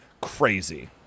crazy